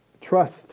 Trust